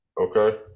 Okay